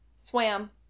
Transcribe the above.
Swam